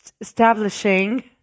establishing